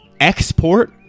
export